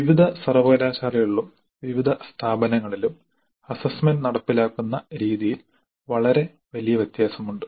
വിവിധ സർവകലാശാലകളിലും വിവിധ സ്ഥാപനങ്ങളിലും അസ്സസ്സ്മെന്റ് നടപ്പിലാക്കുന്ന രീതിയിൽ വളരെ വലിയ വ്യത്യാസമുണ്ട്